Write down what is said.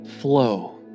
flow